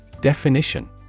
Definition